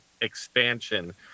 expansion